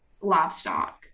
livestock